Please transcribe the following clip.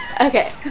Okay